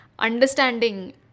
Understanding